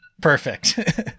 Perfect